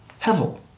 hevel